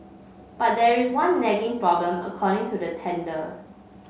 but there is one nagging problem according to the tender